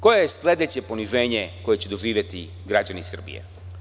Koje je sledeće poniženje koje će doživeti građani Srbije?